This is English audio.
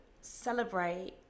celebrate